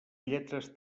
lletres